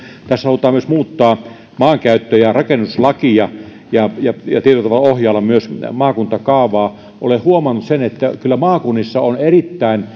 tässä halutaan muuttaa myös maankäyttö ja rakennuslakia ja ja tietyllä tavalla ohjailla myös maakuntakaavaa ja olen huomannut sen että kyllä maakunnissa on erittäin